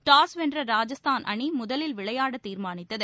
toss வென்ற ராஜஸ்தான் அணி முதவில் விளையாட தீர்மானித்தது